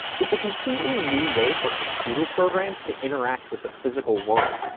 it's a completely new way for computer programs to interact with the physical world,